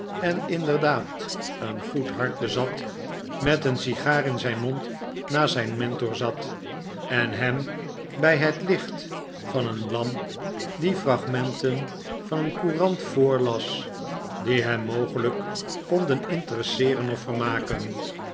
en inderdaad een goed hart bezat met een sigaar in zijn mond naast zijn mentor zat en hem bij het licht van een lamp die fragmenten van een courant voorlas die hem mogelijk konden interesseeren of vermaken